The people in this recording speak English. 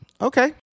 Okay